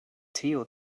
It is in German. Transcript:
theo